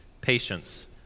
patience